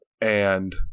and-